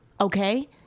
Okay